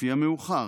לפי המאוחר.